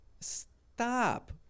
stop